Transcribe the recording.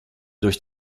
durch